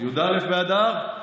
י"א באדר.